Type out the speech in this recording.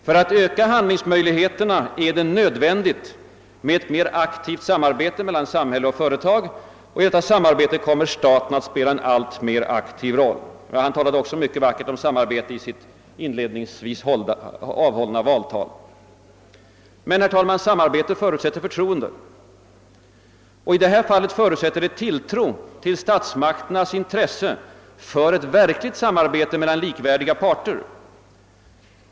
För att öka handlingsmöjligheterna är det »nödvändigt med ett mer aktivt samarbete mellan samhälle och företag och i detta samarbete kommer staten att spela en alltmer aktiv roll». Han talade också mycket vackert om samarbete i sitt inledningsvis hållna valtal. Men, herr talman, samarbete förutsätter förtroende. I detta fall förutsätter det tilltro till statsmakternas in tresse för ett verkligt samarbete mellan likvärdiga parter.